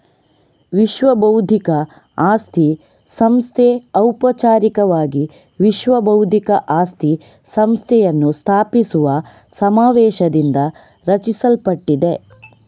ವಿಶ್ವಬೌದ್ಧಿಕ ಆಸ್ತಿ ಸಂಸ್ಥೆ ಔಪಚಾರಿಕವಾಗಿ ವಿಶ್ವ ಬೌದ್ಧಿಕ ಆಸ್ತಿ ಸಂಸ್ಥೆಯನ್ನು ಸ್ಥಾಪಿಸುವ ಸಮಾವೇಶದಿಂದ ರಚಿಸಲ್ಪಟ್ಟಿದೆ